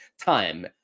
time